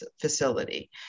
facility